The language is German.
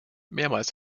mehrmals